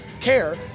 care